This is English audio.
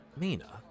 Mina